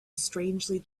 strangely